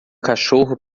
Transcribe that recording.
cachorro